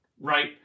right